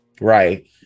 right